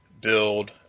build